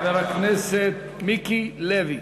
חבר הכנסת מיקי לוי.